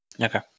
Okay